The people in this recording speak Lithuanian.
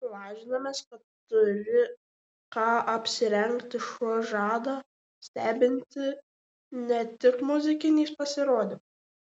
lažinamės tu turi ką apsirengti šou žada stebinti ne tik muzikiniais pasirodymais